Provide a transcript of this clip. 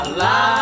la